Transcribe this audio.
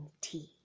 tea